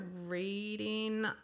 reading